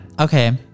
Okay